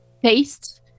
taste